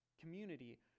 community